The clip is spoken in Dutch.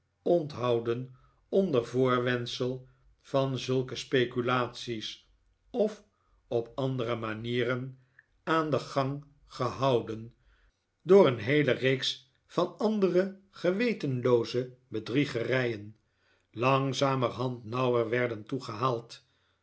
onder voorwendsel van zulke speculaties of op andere manieren david copperfield aan den gang gehouden door een heele reeks van andere gewetenlooze bedriegerijen langzamerhand nauwer werden toegehaald